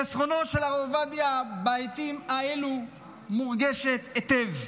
חסרונו של הרב עובדיה בעיתות כאלה מורגש היטב.